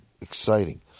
exciting